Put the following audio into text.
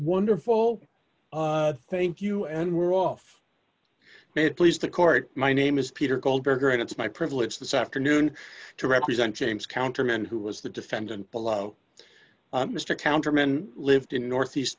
wonderful thank you and we're off to bed please the court my name is peter goldberger and it's my privilege this afternoon to represent james countermand who was the defendant below mr counterman lived in northeast